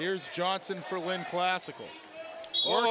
here's johnson for when classical or